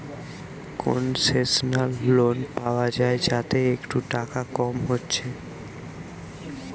concessional loan পায়া যায় যাতে একটু টাকা কম হচ্ছে